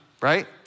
Right